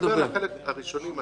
אני מדבר על החלק הראשוני של